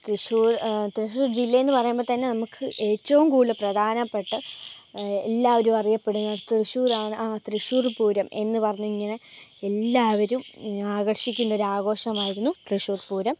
തൃശ്ശൂർ തൃശ്ശൂർ ജില്ലയെന്നു പറയുമ്പം തന്നെ നമുക്ക് ഏറ്റവും കൂടുതൽ പ്രധാനപ്പെട്ട എല്ലാവരും അറിയപ്പെടുന്ന തൃശ്ശൂരാണ് ആ തൃശ്ശൂർ പൂരം എന്നു പറഞ്ഞിങ്ങനെ എല്ലാവരും ആകർഷിക്കുന്നൊരു ആഘോഷമായിരുന്നു തൃശ്ശൂർ പൂരം